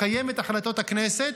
לקיים את החלטות הכנסת,